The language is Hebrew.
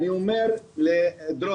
אני אומר לדרור,